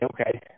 okay